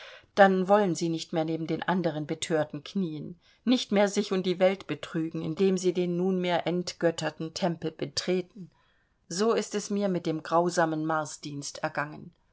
dann wollen sie nicht mehr neben den anderen bethörten knieen nicht mehr sich und die welt betrügen indem sie den nunmehr entgötterten tempel betreten so ist es mir mit dem grausamen marsdienst ergangen